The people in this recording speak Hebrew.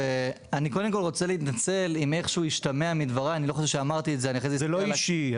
ואני רוצה להתנצל אם איכשהו השתמע מדבריי --- זה לא אישי,